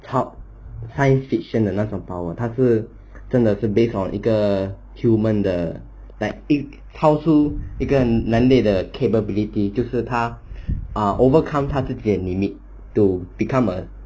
top sci-fiction 的那种 power 他是真的是 based on 一个 human 的 like 超出一个能力的 capability 就是他 uh overcome 他自己的 limit to become a